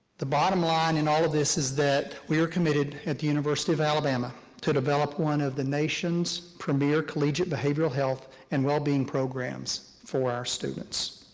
the bottom line in all of this is that we are committed at the university of alabama to develop one of the nation's premier collegiate behavioral health and well-being programs for our students.